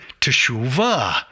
Teshuvah